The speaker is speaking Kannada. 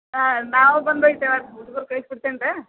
ಹಾಂ ನಾವು ಬಂದು ಒಯ್ತೇವೆ ಹುಡ್ಗರ ಕಳ್ಸಿ ಕೊಡ್ತೇನ್ರಾ